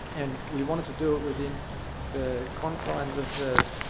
and we wanted to do it within the confines of the,